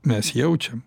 mes jaučiam